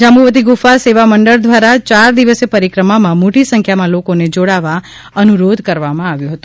જાંબુવતી ગુફા સેવા મંડળ દ્રારા ચાર દિવસય પરિક્રમામાં મોટી સંખ્યામાં લોકોને જોડાવવા અનુરોધ કરવામાં આવ્યો હતો